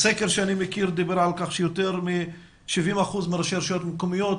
סקר שאני מכיר דיבר על כך שיותר מ-70 אחוזים מראשי הרשויות המקומיות,